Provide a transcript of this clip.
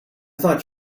thought